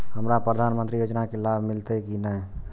हमरा प्रधानमंत्री योजना के लाभ मिलते की ने?